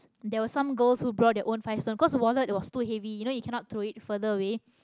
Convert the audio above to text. there was some girls who brought their own five stone 'cause wallet was too heavy you know you cannot throw it further away